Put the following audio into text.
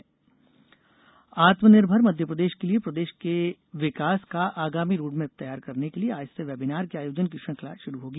आत्मनिर्भर वेबिनार आत्मनिर्भर मध्यप्रदेश के लिये प्रदेश के विकास का आगामी रोडमेप तैयार करने के लिये आज से वेबीनार के आयोजन की श्रृंखला शुरू होगी